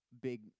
big